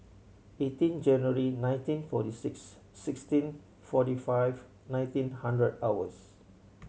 eighteen January nineteen forty six sixteen forty five nineteen hundred hours